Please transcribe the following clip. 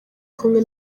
kumwe